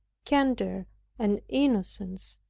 candor and innocence.